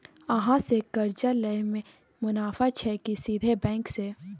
अहाँ से कर्जा लय में मुनाफा छै की सीधे बैंक से?